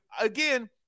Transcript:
again